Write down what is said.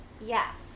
yes